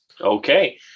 Okay